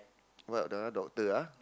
what the other one doctor ah